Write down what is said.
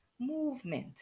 Movement